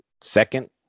Second